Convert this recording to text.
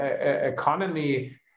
economy